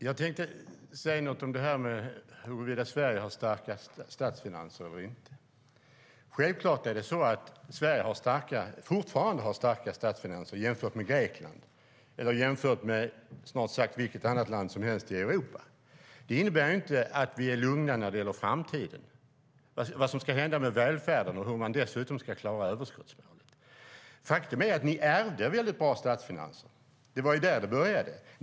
Herr talman! Jag tänkte säga något om huruvida Sverige har starka statsfinanser eller inte. Sverige har självfallet fortfarande starka statsfinanser jämfört med Grekland eller jämfört med snart sagt vilket annat land som helst i Europa. Det innebär inte att vi är lugna när det gäller framtiden, vad som ska hända med välfärden och hur man dessutom ska klara överskottsmålen. Faktum är att ni ärvde bra statsfinanser. Det var där det började.